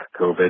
COVID